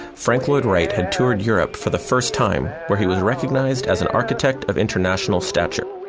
frank lloyd wright had toured europe for the first time where he was recognized as an architect of international stature.